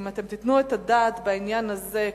אם אתם תיתנו את הדעת בנושא הזה,